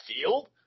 field